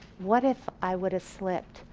what if i would've slipped,